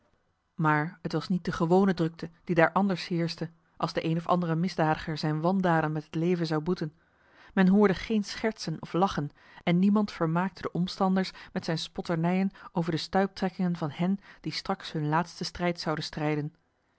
maar het was niet de gewone drukte die daar anders heerschte als de eene of andere misdadiger zijne wandaden met het leven zou boeten men hoorde geen schertsen of lachen en niemand vermaakte de omstanders met zijne spotternijen over de stuiptrekkingen van hen die straks hun laatsten strijd zouden strijden